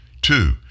Two